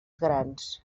grans